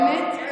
באמת?